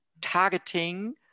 targeting